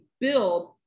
build